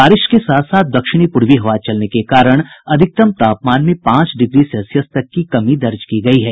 बारिश के साथ साथ दक्षिणी पूर्वी हवा चलने के कारण अधिकतम तापमान में पांच डिग्री सेल्सियस तक की कमी दर्ज की गयी है